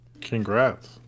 congrats